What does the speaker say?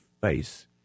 face